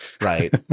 right